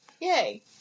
Yay